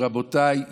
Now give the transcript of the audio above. רבותיי,